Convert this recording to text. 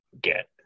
get